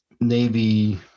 Navy